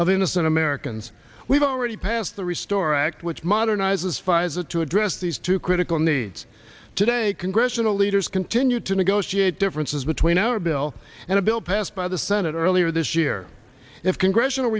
of innocent americans we've already passed the restore act which modernizes pfizer to address these two critical needs today congressional leaders continue to negotiate differences between our bill and a bill passed by the senate earlier this year if congressional